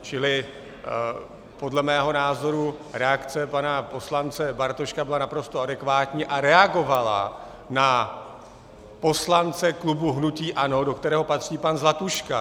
Čili podle mého názoru reakce pana poslance Bartoška byla naprosto adekvátní a reagovala na poslance klubu hnutí ANO, do kterého patří pan Zlatuška.